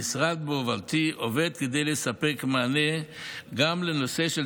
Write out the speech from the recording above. המשרד בהובלתי עובד כדי לספק מענה גם לנושא של